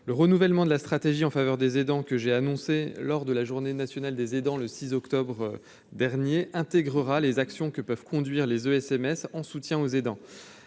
le renouvellement de la stratégie en faveur des aidants, que j'ai annoncé lors de la journée nationale des aidants, le 6 octobre dernier intégrera les actions que peuvent conduire les oeufs SMS en soutien aux aidants,